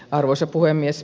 arvoisa puhemies